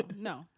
No